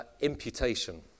imputation